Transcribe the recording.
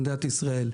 במדינת ישראל,